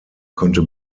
konnte